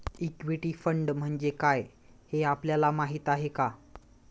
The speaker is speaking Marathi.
इक्विटी फंड म्हणजे काय, हे आपल्याला माहीत आहे का?